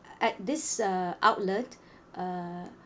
at this uh outlet uh